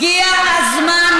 הגיע הזמן,